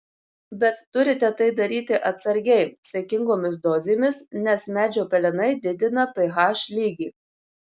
bet turite tai daryti atsargiai saikingomis dozėmis nes medžio pelenai didina ph lygį